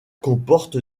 comporte